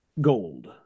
gold